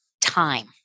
time